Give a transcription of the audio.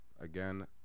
Again